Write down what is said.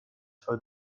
for